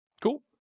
Cool